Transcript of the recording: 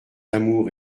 amour